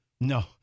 No